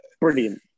brilliant